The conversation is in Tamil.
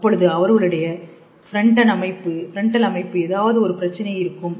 அப்பொழுது அவர்களுடைய பிரண்டன் அமைப்பை ஏதாவது ஒரு பிரச்சனை இருக்கும்